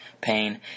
pain